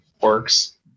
works